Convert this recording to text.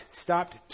stopped